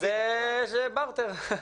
זה ברטר.